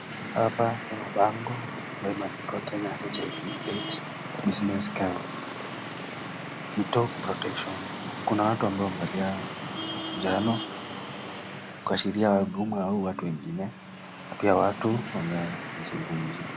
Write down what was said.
Hapa kuna bango ambayo imeandikwa Kenya HIV AIDS Business Council. We talk protection . Kuna watu ambao wamevalia njano kuashiria huduma kwa watu wengine. Na pia watu wamezungumza.